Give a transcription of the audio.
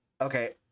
Okay